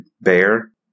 bear